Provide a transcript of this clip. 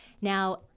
Now